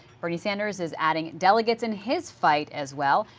bernie sanders is adding delegates in his fight as well.